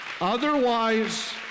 Otherwise